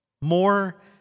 More